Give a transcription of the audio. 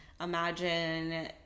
imagine